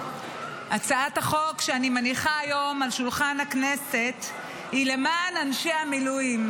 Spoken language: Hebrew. הצעת החוק שאני מניחה היום על שולחן הכנסת היא למען אנשי המילואים,